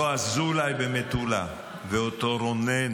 אותו אזולאי במטולה ואותו רונן